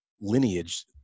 lineage